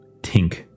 tink